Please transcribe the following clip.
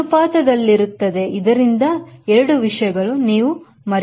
ಅನುಪಾತದಲ್ಲಿರುತ್ತದೆ ಆದ್ದರಿಂದ ಎರಡು ವಿಷಯಗಳನ್ನು ನೀವು ಮರೆಯದಿರಿ